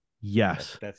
Yes